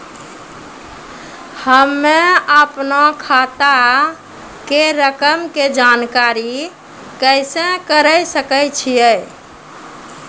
हम्मे अपनो खाता के रकम के जानकारी कैसे करे सकय छियै?